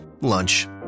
lunch